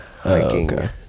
hiking